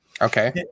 Okay